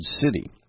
city